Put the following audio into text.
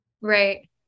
Right